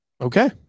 okay